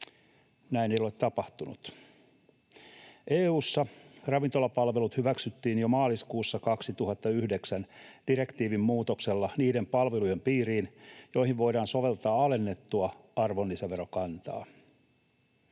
Näin ei ole tapahtunut. EU:ssa ravintolapalvelut hyväksyttiin direktiivin muutoksella jo maaliskuussa 2009 niiden palvelujen piiriin, joihin voidaan soveltaa alennettua arvonlisäverokantaa.